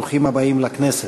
ברוכים הבאים לכנסת.